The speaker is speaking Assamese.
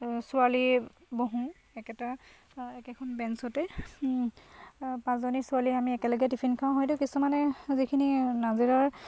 ছোৱালী বহোঁ একেটা একেখন বেঞ্চতে পাঁচজনী ছোৱালী আমি একেলগে টিফিন খাওঁ হয়তো কিছুমানে যিখিনি নাজিৰাৰ